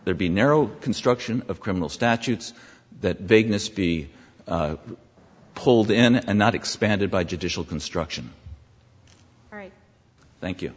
there be narrow construction of criminal statutes that vagueness be pulled in and not expanded by judicial construction thank you